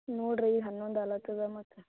ನೋಡಿರಿ ಹನ್ನೊಂದು ಆಲತದ ಮತ್ತೆ